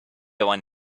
one